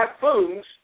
typhoons